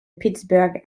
pittsburgh